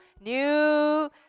New